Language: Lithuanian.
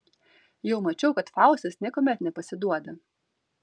jau mačiau kad faustas niekuomet nepasiduoda